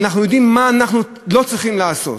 אנחנו יודעים מה אנחנו לא צריכים לעשות,